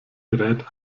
gerät